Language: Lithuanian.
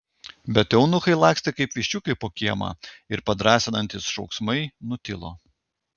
bet eunuchai lakstė kaip viščiukai po kiemą ir padrąsinantys šauksmai nutilo